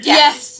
yes